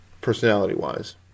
personality-wise